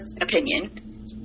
opinion